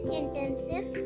intensive